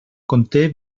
conté